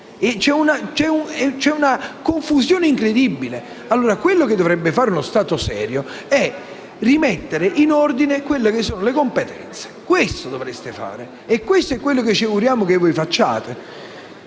c’è una confusione incredibile. Ciò che dovrebbe fare uno Stato serio è rimettere in ordine le competenze. Questo dovreste fare e questo è quello che ci auguriamo che voi facciate.